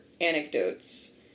anecdotes